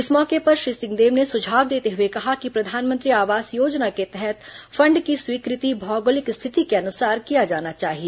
इस मौके पर श्री सिंहदेव ने सुझाव देते हुए कहा कि प्रधानमंत्री आवास योजना के तहत फंड की स्वीकृति भौगोलिक स्थिति के अनुसार किया जाना चाहिए